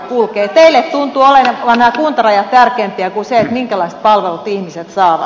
teille tuntuvat olevan nämä kuntarajat tärkeämpiä kuin se minkälaiset palvelut ihmiset saavat